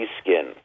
skin